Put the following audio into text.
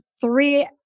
three